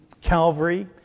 Calvary